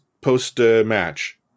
post-match